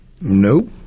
Nope